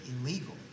illegal